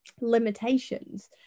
limitations